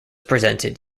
presented